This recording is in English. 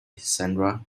sandra